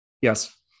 Yes